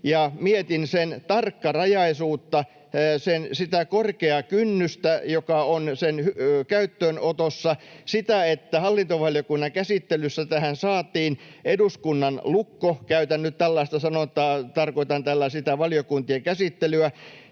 mietin sen tarkkarajaisuutta, sitä korkeaa kynnystä, joka on sen käyttöönotossa, sitä, että hallintovaliokunnan käsittelyssä tähän saatiin eduskunnan lukko — käytän nyt tällaista sanontaa, tarkoitan tällä sitä valiokuntien käsittelyä